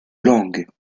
langues